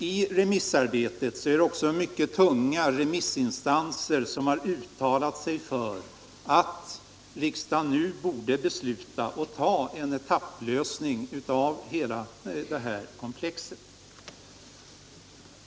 I remissarbetet är det också mycket tunga remissinstanser som har uttalat sig för att riksdagen nu borde besluta att ta en etapplösning av hela det här komplexet.